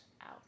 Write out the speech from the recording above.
out